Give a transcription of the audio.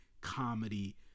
comedy